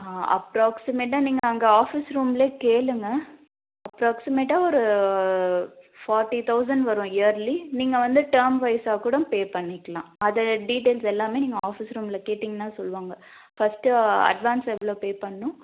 ஆ அப்ராக்சிமேட்டாக நீங்கள் அங்கே ஆஃபிஸ் ரூம்லேயே கேளுங்கள் அப்ராக்சிமேட்டாக ஒரு ஃபாட்டி தௌசண்ட் வரும் இயர்லி நீங்கள் வந்து டேர்ம் வைஸாக கூட பே பண்ணிக்கலாம் அந்த டீட்டெயில்ஸ் எல்லாமே நீங்கள் ஆஃபிஸ் ரூம்மிலே கேட்டீங்கன்னால் சொல்லுவாங்கள் ஃபர்ஸ்டு அட்வான்ஸ் எவ்வளோ பே பண்ணனும்